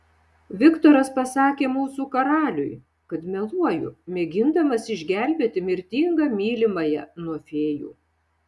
viktoras pasakė mūsų karaliui kad meluoju mėgindamas išgelbėti mirtingą mylimąją nuo fėjų